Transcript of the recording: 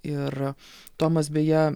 ir tomas beje